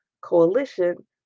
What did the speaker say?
coalition